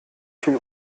viel